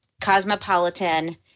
Cosmopolitan